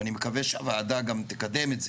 ואני מקווה שהוועדה גם תקדם את זה,